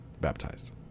baptized